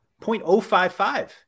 0.055